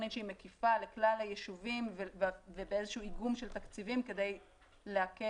תוכנית שהיא מקיפה לכלל היישובים ובאיזשהו איגום של תקציבים כדי להקל.